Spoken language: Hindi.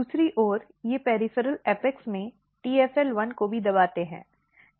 दूसरी ओर ये पॅरिफ़ॅरॅल एपेक्स में TFL1 को भी दबाते हैं